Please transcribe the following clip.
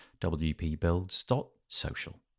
wpbuilds.social